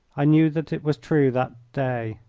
i knew that it was true that day.